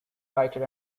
writer